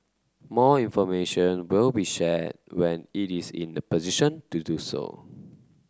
more information will be shared when it is in a position to do so